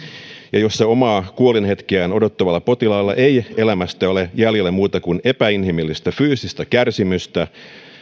ja joissa omaa kuolinhetkeään odottavalla potilaalla ei ole elämästä jäljellä muuta kuin epäinhimillistä fyysistä kärsimystä